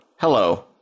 Hello